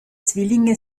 zwillinge